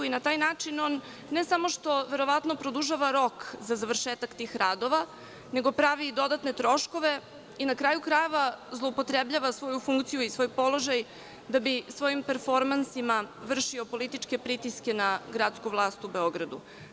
Na taj način on, ne samo što, verovatno produžava rok za završetak tih radova, nego pravi dodatne troškove, na kraju krajeva, zloupotrebljava svoju funkciju i svoj položaj da bi svojim performansima vršio političke pritiske na gradsku vlast u Beogradu.